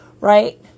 right